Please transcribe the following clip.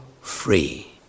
free